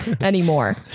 anymore